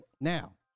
Now